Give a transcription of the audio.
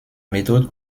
méthode